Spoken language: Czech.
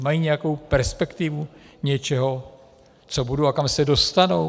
Mají nějakou perspektivu něčeho, co budou a kam se platově dostanou?